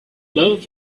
love